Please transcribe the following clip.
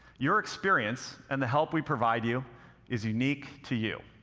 your experience and the help we provide you is unique to you.